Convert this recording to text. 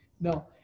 no